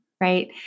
right